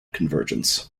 convergence